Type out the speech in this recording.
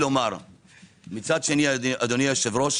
מצד שני, אדוני היושב-ראש,